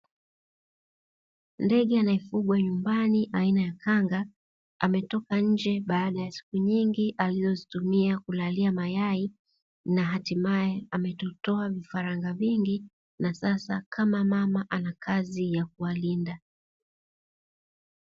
Ndege anayefugwa nyumbani aina ya kanga, ametoka nje baada ya siku nyingi alizozitumia kulalia mayai na hatimae ametotoa vifaranga vingi na sasa kama mama ana kazi ya kuwalinda.